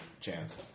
chance